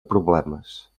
problemes